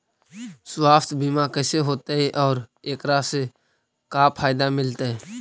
सवासथ बिमा कैसे होतै, और एकरा से का फायदा मिलतै?